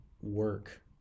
work